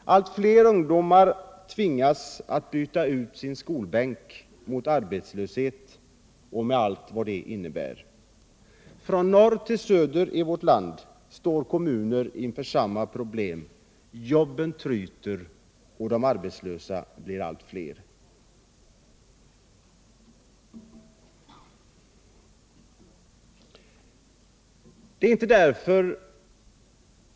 Allt fler ungdomar tvingas byta ut sin skolbänk mot arbetslöshet, med allt vad det innebär. Från norr till söder i vårt land står kommuner inför samma problem: Jobben tryter och de arbetslösa blir allt fler.